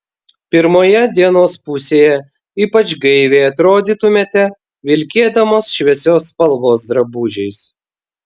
pirmoje dienos pusėje ypač gaiviai atrodytumėte vilkėdamos šviesios spalvos drabužiais